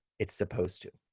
it's supposed to.